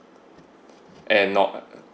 and not